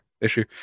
issue